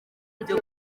byo